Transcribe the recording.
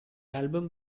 album